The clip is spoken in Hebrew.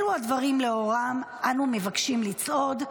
אלו הדברים שלאורם אנו מבקשים לצעוד,